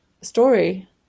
story